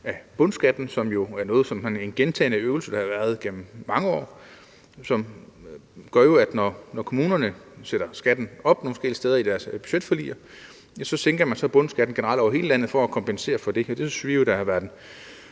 af bundskatten, som jo er en øvelse, der er blevet gentaget mange år, og som går ud på, at når kommunerne sætter skatten op forskellige steder i deres budgetforlig, sænker man så bundskatten generelt over hele landet for at kompensere for det. Det synes vi har været en